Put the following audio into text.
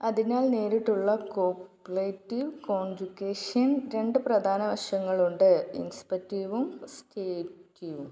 അതിനാൽ നേരിട്ടുള്ള copulative conjugation രണ്ട് പ്രധാന വശങ്ങളുണ്ട് ഇൻസെപ്റ്റീവും സ്റ്റേറ്റീവും